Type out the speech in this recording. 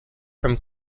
from